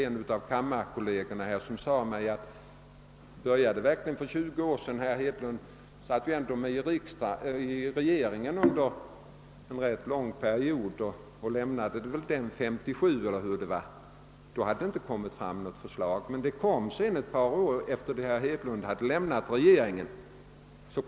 En av kammarkollegerna undrade om det verkligen börjat för 20 år sedan; herr Hedlund satt ju med i regeringen under en rätt lång period. Han lämnade visst regeringen 1957 och då hade inte något förslag framlagts men det skedde ett par år efter det att herr Hedlund hade lämnat regeringen.